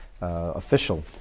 official